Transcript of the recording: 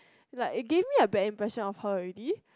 like it give me a bad impression on her already